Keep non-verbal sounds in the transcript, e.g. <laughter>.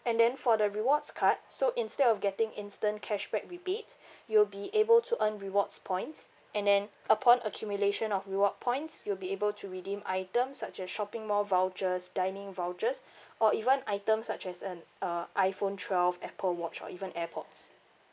and then for the rewards card so instead of getting instant cashback rebates <breath> you'll be able to earn rewards points and then upon accumulation of reward points you'll be able to redeem items such as shopping mall vouchers dining vouchers or even items such as an uh iphone twelve apple watch or even airpods